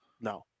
no